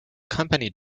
company